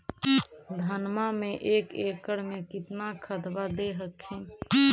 धनमा मे एक एकड़ मे कितना खदबा दे हखिन?